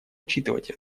учитывать